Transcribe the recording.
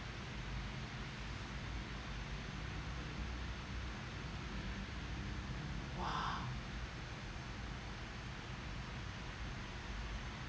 !wah!